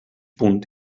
punt